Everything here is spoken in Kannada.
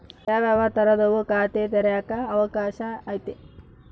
ಯಾವ್ಯಾವ ತರದುವು ಖಾತೆ ತೆಗೆಕ ಅವಕಾಶ ಐತೆ?